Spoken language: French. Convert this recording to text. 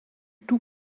tout